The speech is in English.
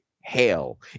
hell